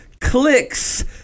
Clicks